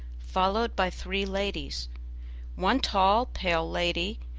followed by three ladies one tall, pale lady,